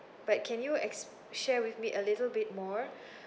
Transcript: but can you exp~ share with me a little bit more